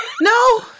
no